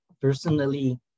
personally